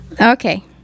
Okay